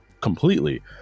completely